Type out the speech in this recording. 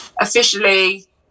officially